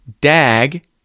dag